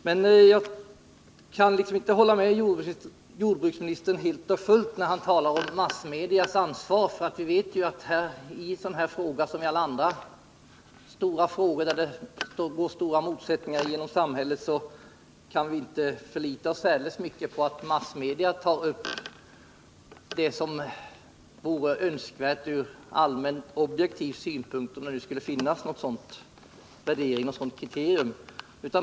Men jag kan inte hålla med jordbruksministern helt och fullt när han talar om massmedias ansvar. Vi vet ju att vi i den här frågan, liksom när det gäller alla andra stora frågor där det råder betydande motsättningar i samhället, inte kan förlita oss särdeles mycket på att massmedia tar upp vad som vore önskvärt att ta upp från allmän objektiv synpunkt — om det nu skulle finnas ett sådant kriterium.